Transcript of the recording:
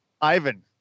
Ivan